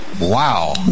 Wow